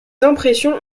impressions